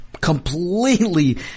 completely